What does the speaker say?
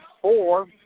four